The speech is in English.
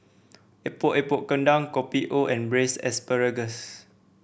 Epok Epok Kentang Kopi O and braise asparagus